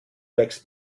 wächst